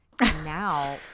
now